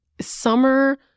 Summer